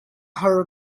har